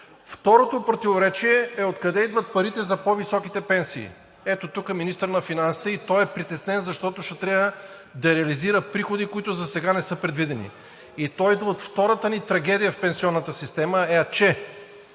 Второто противоречие е откъде идват парите за по-високите пенсии. Ето тук е министърът на финансите и той е притеснен, защото ще трябва да реализира приходи, които засега не са предвидени. Това идва от втората трагедия в пенсионната система – че